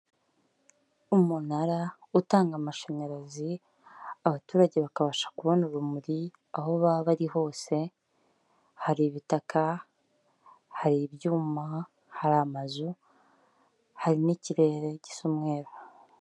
Umunara utanga amashanyarazi, abaturage bakabasha kubona urumuri aho baba bari hose, hari ibitaka, hari ibyuma, hari amazu, hari n'ikirere gisa umweru.